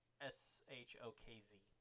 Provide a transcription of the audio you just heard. S-H-O-K-Z